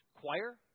Choir